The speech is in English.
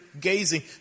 gazing